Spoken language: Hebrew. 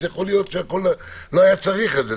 יכול להיות שלא היה צריך את זה,